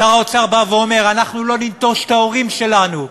שר האוצר בא ואומר: אנחנו לא ניטוש את ההורים שלנו,